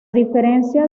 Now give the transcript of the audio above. diferencia